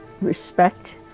respect